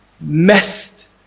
messed